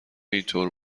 اینطور